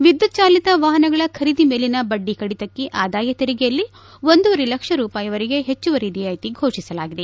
ವಿದ್ಯುಜ್ಚಾಲಿತ ವಾಹನಗಳನ್ನು ಖರೀದಿ ಮೇಲಿನ ಬಡ್ಡಿ ಕಡಿತಕ್ಕೆ ಆದಾಯ ತೆರಿಗೆಯಲ್ಲಿ ಒಂದೂವರೆ ಲಕ್ಷ ರೂಪಾಯಿವರೆಗೆ ಹೆಚ್ಚುವರಿ ರಿಯಾಯಿತಿ ಘೋಷಿಸಲಾಗಿದೆ